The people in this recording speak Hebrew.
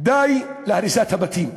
די להריסת הבתים.